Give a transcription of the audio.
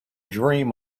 dream